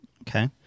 Okay